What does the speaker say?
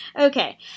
Okay